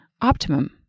optimum